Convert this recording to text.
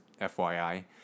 FYI